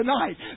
tonight